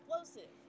explosive